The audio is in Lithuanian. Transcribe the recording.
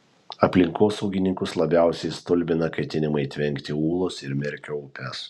aplinkosaugininkus labiausiai stulbina ketinimai tvenkti ūlos ir merkio upes